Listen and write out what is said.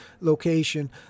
location